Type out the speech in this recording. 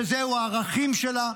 שאלו הערכים שלה.